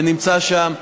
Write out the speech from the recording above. שנמצא שם,